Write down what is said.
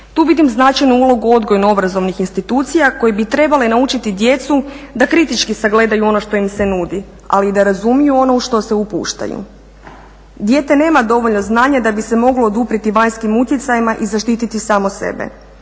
Tu vidim značajnu ulogu odgojno obrazovnih institucija koje bi trebale naučiti djecu da kritički sagledaju ono što im se nudi ali da razumiju u ono što se upuštaju. Dijete nema dovoljno znanja da bi se moglo oduprijeti vanjskim utjecajima i zaštiti samo sebe.